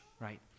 right